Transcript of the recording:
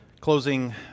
closing